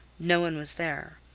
no one was there.